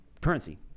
currency